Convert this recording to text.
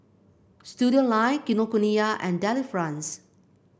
Studioline Kinokuniya and Delifrance